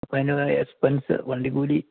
അപ്പം അതിൻ്റെതായ എക്സ്പെൻസ് വണ്ടിക്കൂലി